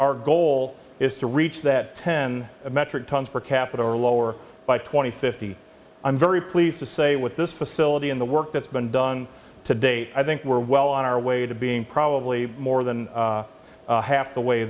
our goal is to reach that ten metric tonnes per capita or lower by twenty fifty i'm very pleased to say with this facility in the work that's been done to date i think we're well on our way to being probably more than half the way